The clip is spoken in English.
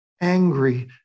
angry